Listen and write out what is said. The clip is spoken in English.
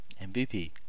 MVP